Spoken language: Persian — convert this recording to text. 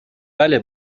بله